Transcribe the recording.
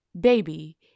baby